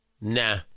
Nah